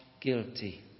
guilty